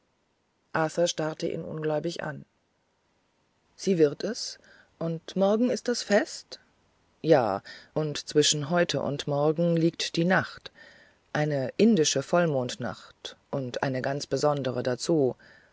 starrte ihn ungläubig an sie wird es und morgen ist das fest ja und zwischen heute und morgen liegt die nacht eine indische vollmondnacht und eine ganz besondere dazu